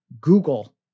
Google